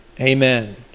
Amen